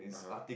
(uh huh)